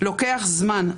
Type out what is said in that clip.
לוקח זמן,